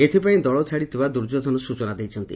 ଏଥିପାଇଁ ଦଳ ଛାଡ଼ିଥିବା ଦୁର୍ଯ୍ୟାଧନ ସ୍ଚନା ଦେଇଛନ୍ତି